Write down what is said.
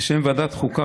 בשם ועדת החוקה,